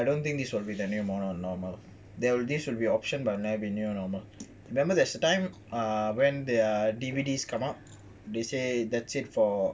no I don't think this will be the new normal that this should be an option but never be new normal remember there's a time ah when their D_V_D come out they say that's it for